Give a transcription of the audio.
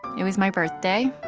it was my birthday.